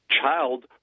child